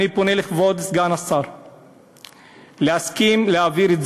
אני פונה לכבוד סגן השר להסכים להעביר את